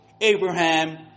Abraham